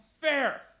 fair